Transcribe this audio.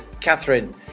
Catherine